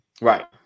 right